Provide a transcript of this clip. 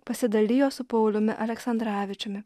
pasidalijo su pauliumi aleksandravičiumi